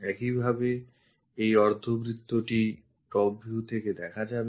একইভাবে এই অর্ধবৃত্তটি top view থেকে দেখা যাবে